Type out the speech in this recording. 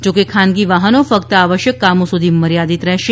જો કે ખાનગી વાહનો ફક્ત આવશ્યક કામો સુધી મર્યાદિત રહેશે